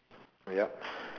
yep